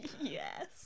Yes